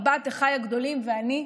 ארבעת אחיי הגדולים ואני,